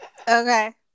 Okay